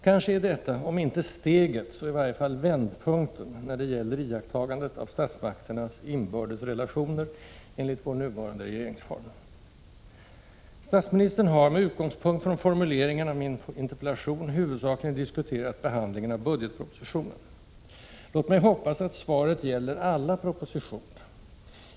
Kanske är detta, om inte ”steget” så i varje fall ”vändpunkten”, när det gäller iakttagandet av statsmakternas inbördes relationer enligt vår nuvarande regeringsform. Statsministern har, med utgångspunkt från formuleringen av min interpellation, huvudsakligen diskuterat behandlingen av budgetpropositionen. Låt mig hoppas att svaret gäller alla propositioner.